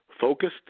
focused